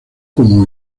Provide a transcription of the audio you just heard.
como